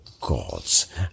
gods